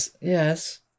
Yes